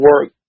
work